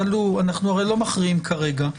אנחנו הרי לא מכריעים כרגע.